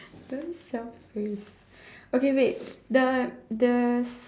don't selfish okay wait the the